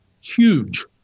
huge